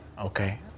Okay